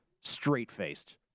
straight-faced